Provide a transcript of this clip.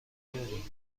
داری